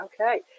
Okay